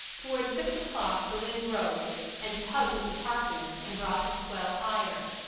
toward six o'clock the wind rose and tugged at the tarpaulin and brought the swell higher.